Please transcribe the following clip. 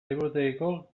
liburutegiko